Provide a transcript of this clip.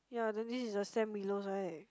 ya then this is the Sam Willows [right]